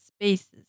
spaces